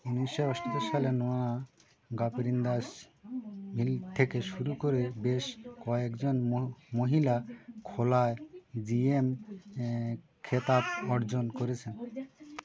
ঊনিশশো অষ্টাত্তর সালে নোয়া গাপিরিন্দাস মিল থেকে শুরু করে বেশ কয়েকজন মহিলা খেলায় জিএম খেতাব অর্জন করেছেন